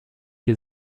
die